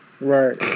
Right